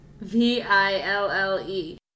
v-i-l-l-e